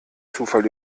zufall